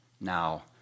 now